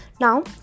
now